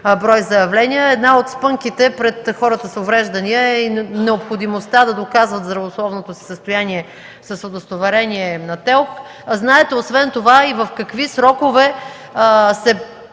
брой заявления. Една от спънките пред хората с увреждане е необходимостта да доказват здравословното си състояние с удостоверение на ТЕЛК. Освен това знаете в какви срокове се